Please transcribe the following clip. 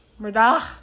Murda